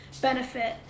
benefit